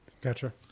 gotcha